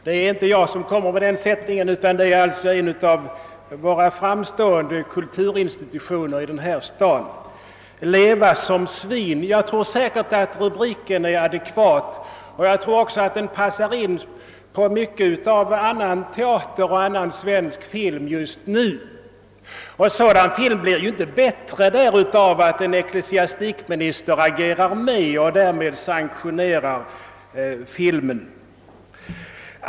Detta är alltså inte min rubriksättning utan lanseras av en av våra framstående kulturinstitutioner här i staden. Jag tror säkert att rubriken är adekvat och att den passar in på mycket av det som annan teater och svensk film just nu bjuder på. Sådan film blir för övrigt inte bättre av att ecklesiastikministern agerar med och därmed sanktionerar den.